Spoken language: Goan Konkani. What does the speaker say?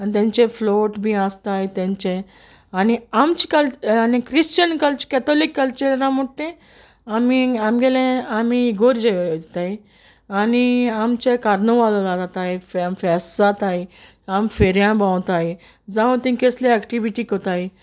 आनी तेंचे फ्लोट बी आसताय तेंचे आनी आमचें कल्चर आनी ख्रिश्चन कल कॅथोलीक कल्चरा म्हुणटा तें आमी आमगेलें आमी इगर्जे वयताय आनी आमचे कार्नवोल जाताय फेस्त जाताय आमी फेरया भोंवताय जावं तेगें केसली एक्टिविटी कोतताय